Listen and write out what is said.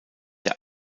der